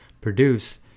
produce